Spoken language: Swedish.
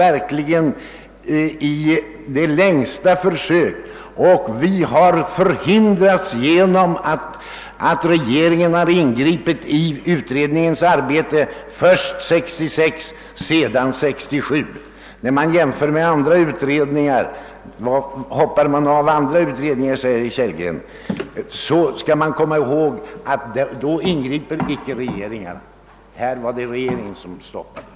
Vi har verkligen i det längsta försökt göra detta och nå en allmän uppgörelse, men vi har hindrats genom att regeringen ingripit i utredningens arbete först 1966 och sedan 1967. I andra utredningar ingriper inte regeringen, detta är så vitt jag vet enastående.